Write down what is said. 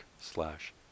slash